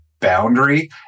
boundary